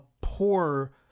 poor